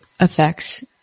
effects